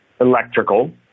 electrical